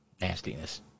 nastiness